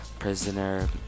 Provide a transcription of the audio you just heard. prisoner